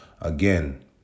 Again